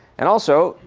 and also,